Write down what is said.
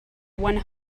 one